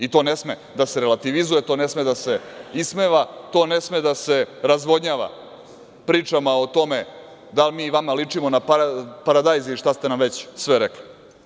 I to ne sme da relativizuje, to ne sme da se ismeva, to ne sme da se razvodnjava pričama o tome da li mi vama ličimo na paradajz i šta ste nam već sve rekli.